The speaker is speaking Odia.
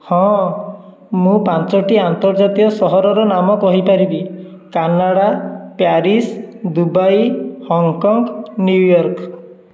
ହଁ ମୁଁ ପାଞ୍ଚଟି ଆନ୍ତର୍ଜାତୀୟ ସହରର ନାମ କହି ପାରିବି Canada Paris Dubai Hong Kong New York